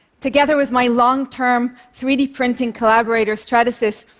together with my long-term three d printing collaborator stratasys,